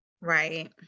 Right